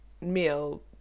meal